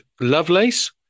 Lovelace